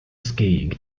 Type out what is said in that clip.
skiing